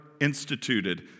instituted